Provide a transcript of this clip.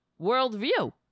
worldview